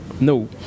no